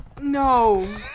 No